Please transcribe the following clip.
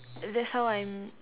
that's how I'm